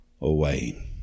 away